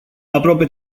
aproape